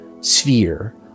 sphere